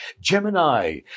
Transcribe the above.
Gemini